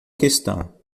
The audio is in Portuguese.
questão